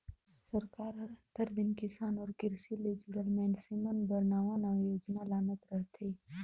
सरकार हर आंतर दिन किसान अउ किरसी ले जुड़ल मइनसे मन बर नावा नावा योजना लानत रहथे